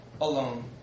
alone